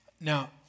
Now